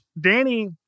Danny